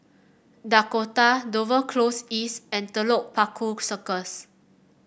Dakota Dover Close East and Telok Paku Circus